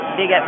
big